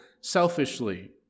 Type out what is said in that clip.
selfishly